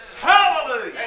Hallelujah